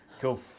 Cool